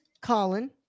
Colin